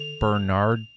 Bernard